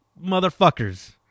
motherfuckers